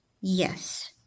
yes